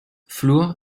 fluor